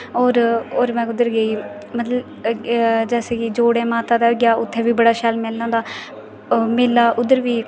होर होर में कुद्धर गेई मतलब जैसे गी जोड़े माता दे होई गेआ उत्थें बी बड़ा शैल मेला होंदा मेला उद्धर बी